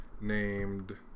named